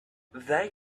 they